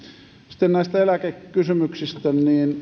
sitten näistä eläkekysymyksistä